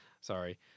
Sorry